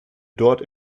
dort